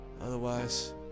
otherwise